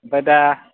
ओमफाय दा